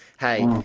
Hey